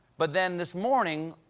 but then, this morning,